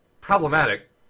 problematic